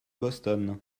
boston